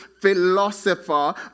philosopher